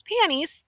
panties